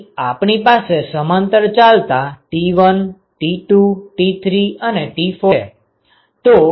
અહીં આપણી પાસે સમાંતર ચાલતાં T1 T2 T3 અને T4 છે